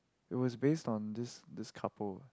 it was based on this this couple